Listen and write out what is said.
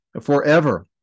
forever